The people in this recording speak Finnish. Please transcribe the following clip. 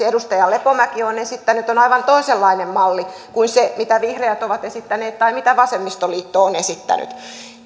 edustaja lepomäki on esittänyt on aivan toisenlainen malli kuin se mitä vihreät ovat esittäneet tai mitä vasemmistoliitto on esittänyt